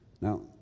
Now